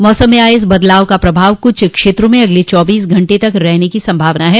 मौसम में आये इस बदलाव का प्रभाव कुछ क्षेत्रों में अगले चौबीस घंटे तक रहने की संभावना है